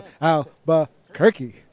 Albuquerque